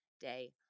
day